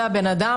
זה הבן אדם,